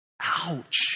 Ouch